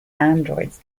androids